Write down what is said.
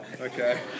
Okay